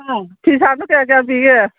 ꯍꯥ ꯐꯤ ꯁꯥꯜꯗꯨ ꯀꯌꯥ ꯀꯌꯥ ꯄꯤꯒꯦ